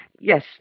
Yes